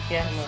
Yes